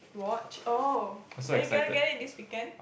watch are you gonna get it this weekend